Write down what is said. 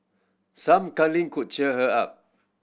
some cuddling could cheer her up